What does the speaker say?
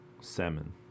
Salmon